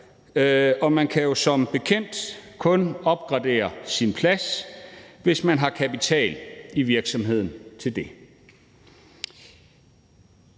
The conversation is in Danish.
Og man kan jo som bekendt kun opgradere sin plads, hvis man har kapital i virksomheden til det.